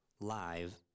Live